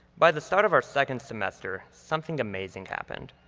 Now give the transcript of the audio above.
by the start of our second semester, something amazing happened.